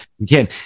again